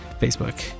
Facebook